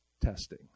testing